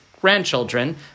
grandchildren